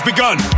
Begun